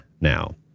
now